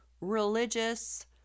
religious